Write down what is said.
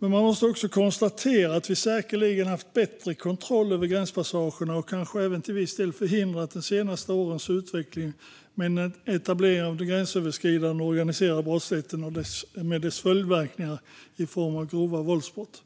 Men man måste också konstatera att vi annars säkerligen hade haft bättre kontroll över gränspassagerna och kanske även till viss del hade kunnat förhindra de senaste årens utveckling med en etablering av den gränsöverskridande och organiserade brottsligheten med dess följdverkningar i form av grova våldsbrott.